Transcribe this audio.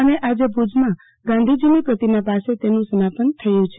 અને આજે ભુજમાં ગાંધીજીની પ્રતિમાં પાસે તેનું સમાપન થયુ છે